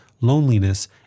loneliness